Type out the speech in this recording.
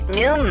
new